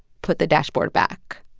put the dashboard back.